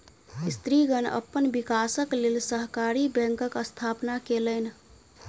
स्त्रीगण अपन विकासक लेल सहकारी बैंकक स्थापना केलैन